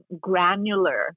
granular